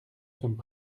sommes